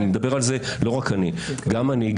אני מדבר על זה ולא רק אני אלא גם אני,